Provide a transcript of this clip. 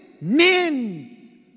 men